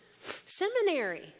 Seminary